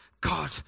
God